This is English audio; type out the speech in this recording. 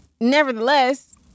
nevertheless